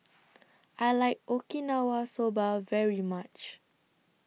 I like Okinawa Soba very much